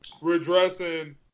redressing